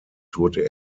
tourte